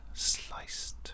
Sliced